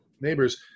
neighbors